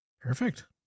Perfect